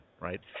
right